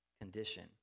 condition